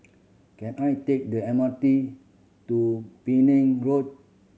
can I take the M R T to Penang Road